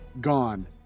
Gone